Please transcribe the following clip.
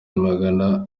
magana